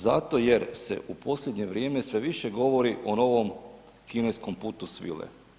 Zato jer se u posljednje vrijeme sve više govori o novom kineskom putu svile.